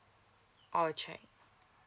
oh check